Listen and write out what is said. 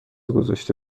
گذاشته